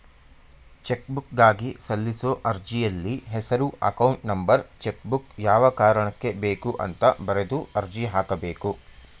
ಚೆಕ್ಬುಕ್ಗಾಗಿ ಸಲ್ಲಿಸೋ ಅರ್ಜಿಯಲ್ಲಿ ಹೆಸರು ಅಕೌಂಟ್ ನಂಬರ್ ಚೆಕ್ಬುಕ್ ಯಾವ ಕಾರಣಕ್ಕೆ ಬೇಕು ಅಂತ ಬರೆದು ಅರ್ಜಿ ಹಾಕಬೇಕು